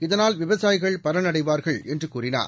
இதனால் விவசாயிகள் பலனடைவார்கள் என்று கூறினார்